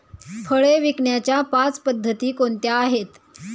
फळे विकण्याच्या पाच पद्धती कोणत्या आहेत?